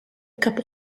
couple